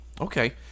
Okay